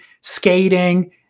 skating